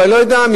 אבל אני לא יודע,